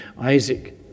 Isaac